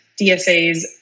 DSAs